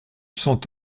saint